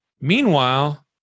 Meanwhile